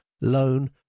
loan